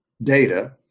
data